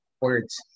Words